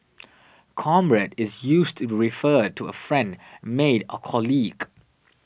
comrade is used to refer to a friend mate or colleague